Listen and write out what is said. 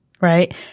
right